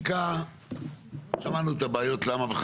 כי יהיה ניתן לממשה רק בכפוף להריסת המבנה כולו ובנייתו